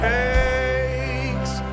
takes